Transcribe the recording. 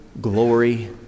glory